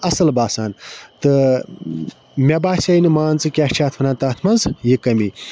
اَصٕل باسان تہٕ مےٚ باسے نہٕ مان ژٕ کیاہ چھِ اتھ وَنان تَتھ منٛز یہِ کٔمی